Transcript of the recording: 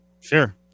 Sure